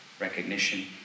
recognition